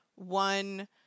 One